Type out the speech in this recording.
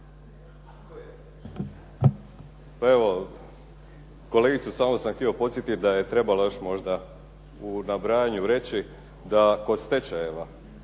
Pa evo kolegice samo sam htio podsjetiti da je trebalo možda u nabrajanju još reći da kod stečajeva